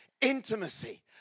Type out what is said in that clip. intimacy